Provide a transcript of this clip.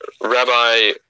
Rabbi